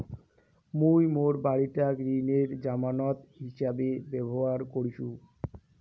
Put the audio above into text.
মুই মোর বাড়িটাক ঋণের জামানত হিছাবে ব্যবহার করিসু